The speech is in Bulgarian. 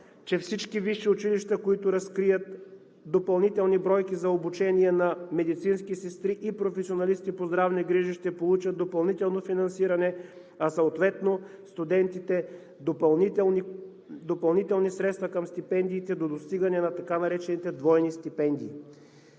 че всички висши училища, които разкрият допълнителни бройки за обучение на медицински сестри и професионалисти по здравни грижи, ще получат допълнително финанасиране, а съответно студентите – допълнителни средства към стипендиите до достигане на така наречените двойни стипендии.